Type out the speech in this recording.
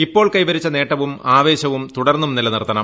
ഇപ്പോൾ കൈവരിച്ച നേട്ടവും ആവേശവും തുടർന്നും നിലനിർത്തണം